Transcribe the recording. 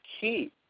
key